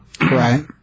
right